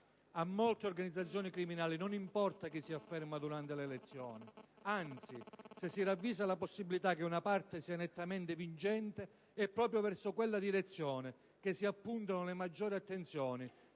A molte organizzazioni criminali non importa chi si afferma durante le elezioni: anzi, se si ravvisa la possibilità che una parte sia nettamente vincente, è proprio verso quella direzione che si appuntano le maggiori attenzioni